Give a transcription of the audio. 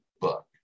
book